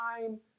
time